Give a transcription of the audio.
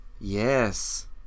Yes